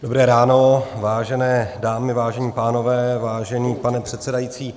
Dobré ráno, vážené dámy, vážení pánové, vážený pane předsedající.